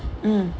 mm